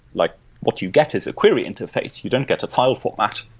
like what you get is a query interface, you don't get a file format.